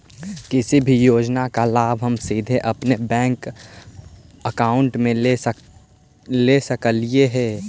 किसी भी योजना का लाभ हम सीधे अपने बैंक अकाउंट में ले सकली ही?